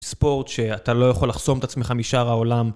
ספורט שאתה לא יכול לחסום את עצמך משאר העולם.